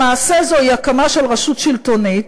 למעשה, זוהי הקמה של רשות שלטונית,